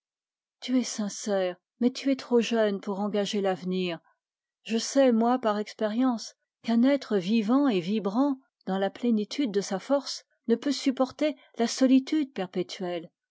changé tu es trop jeune pour engager l'avenir je sais moi par expérience qu'un être dans la plénitude de sa force ne peut supporter la solitude perpétuelle